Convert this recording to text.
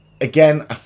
Again